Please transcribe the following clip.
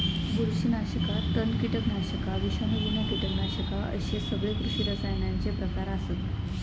बुरशीनाशका, तण, कीटकनाशका, विषाणूजन्य कीटकनाशका अश्ये सगळे कृषी रसायनांचे प्रकार आसत